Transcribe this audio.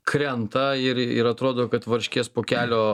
krenta ir ir atrodo kad varškės pokelio